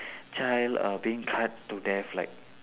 child uh being cut to death like